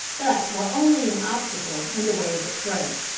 but were only an obstacle in the way of its growth.